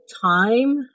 time